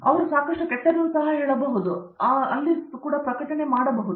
ಅವರು ಸಾಕಷ್ಟು ಕೆಟ್ಟದ್ದನ್ನು ಸಹ ಹೇಳಬಹುದು ಎಂದು ಅವರು ಪ್ರಕಟಿಸುತ್ತಾರೆ